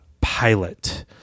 pilot